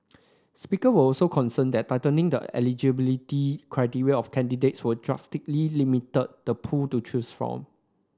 speaker were also concerned that tightening the eligibility criteria of candidates would drastically limit the pool to choose from